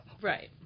Right